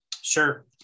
Sure